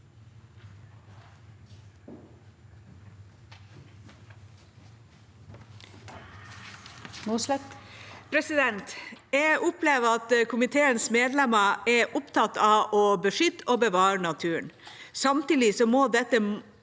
for saken): Jeg opplever at komiteens medlemmer er opptatt av å beskytte og bevare naturen. Samtidig må dette